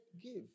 give